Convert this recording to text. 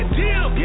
deal